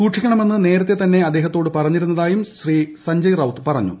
സൂക്ഷിക്കണമെന്ന് നേരത്തെ തന്നെ അദ്ദേഹത്തോട് പറഞ്ഞിരുന്നതായും ശ്രീ സഞ്ജയ് റൌത് പറഞ്ഞു